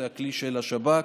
שזה הכלי של השב"כ.